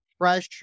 pressure